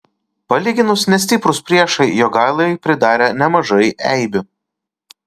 palyginus nestiprūs priešai jogailai pridarė nemažai eibių